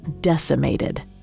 decimated